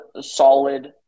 solid